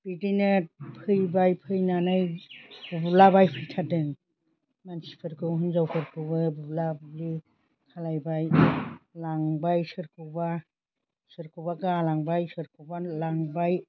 बिदिनो फैबाय फैनानै बुला बायफैथारदों मानसिफोरखौ हिनजावफोरखौबो बुला बुलि खालायबाय लांबाय सोरखौबा सोरखौबा गालांबाय सोरखौबानो लांबाय